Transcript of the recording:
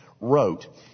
wrote